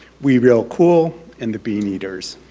we real cool, and the bean eaters.